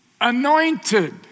anointed